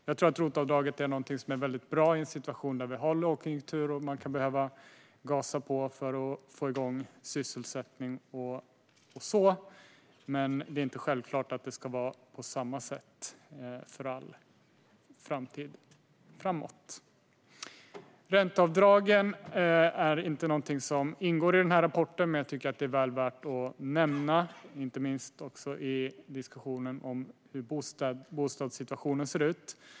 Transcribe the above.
Jag tror att ROT-avdraget är väldigt bra i en lågkonjunktur, där man kan behöva gasa på för att få igång sysselsättning och sådant. Men det är inte självklart att det ska vara på samma sätt för all framtid. Ränteavdragen är inte något som ingår i rapporten, men jag tycker att det är väl värt att nämna, inte minst i diskussionen om hur bostadssituationen ser ut.